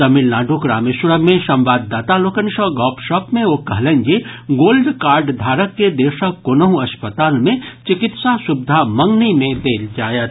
तमिलनाडूक रामेश्वरम मे संवाददाता लोकनि सँ गपशप मे ओ कहलनि जे गोल्ड कार्ड धारक के देशक कोनहुँ अस्पताल मे चिकित्सा सुविधा मंगनी मे देल जायत